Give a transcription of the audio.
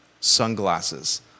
sunglasses